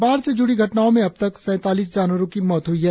बाढ़ से ज्ड़ी घटनाओं में अबतक सैंतालीस जानवरों की मौत हो गई है